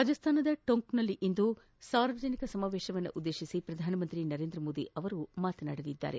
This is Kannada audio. ರಾಜಸ್ತಾನದ ಟೋಂಕ್ನಲ್ಲಿಂದು ಸಾರ್ವಜನಿಕ ಸಮಾವೇಶ ಉದ್ವೇಶಿಸಿ ಪ್ರಧಾನಮಂತ್ರಿ ನರೇಂದ್ರ ಮೋದಿ ಮಾತನಾಡಲಿದ್ದಾರೆ